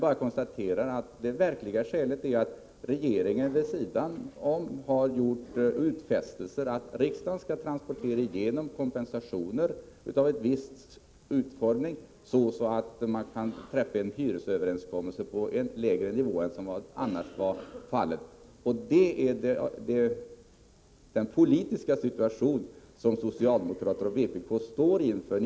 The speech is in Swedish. Jag konstaterar att det verkliga skälet är att regeringen vid sidan om har gjort utfästelser om att riksdagen skall transportera igenom kompensationer med en viss utformning, så att man kan träffa en hyresöverenskommelse på en lägre nivå än som annars hade varit fallet. Det är den politiska situation som socialdemokraterna och vpk står inför.